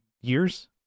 years